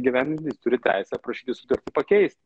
įgyvendinti jis turi teisę prašyti sutartį pakeisti